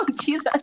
Jesus